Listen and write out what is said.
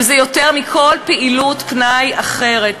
וזה יותר מכל פעילות פנאי אחרת.